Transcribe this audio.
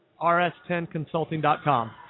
Rs10consulting.com